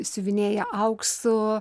siuvinėja auksu